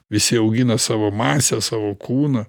visi augina savo masę savo kūną